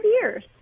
years